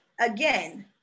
Again